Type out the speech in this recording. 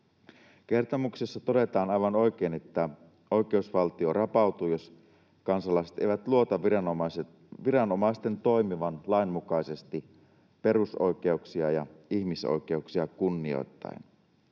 Kertomuksessa todetaan aivan oikein, että oikeusvaltio rapautuu, jos kansalaiset eivät luota viranomaisten toimivan lainmukaisesti, perusoikeuksia ja ihmisoikeuksia kunnioittaen.